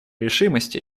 решимости